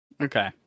Okay